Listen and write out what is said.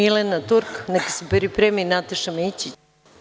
Milena Turk, neka se pripremi Nataša Mićić.